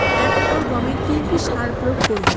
এক একর গমে কি কী সার প্রয়োগ করব?